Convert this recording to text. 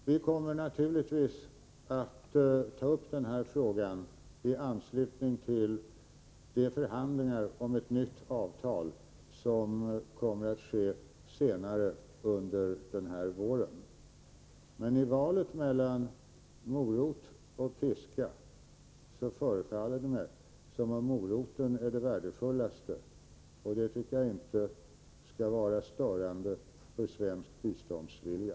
Vi kommer naturligtvis att ta upp denna fråga i anslutning till de förhandlingar om ett nytt avtal som kommer att ske senare under våren. Men i valet mellan morot och piska förefaller det mig som om moroten är den värdefullaste, och det tycker jag inte skall vara störande för svensk biståndsvilja.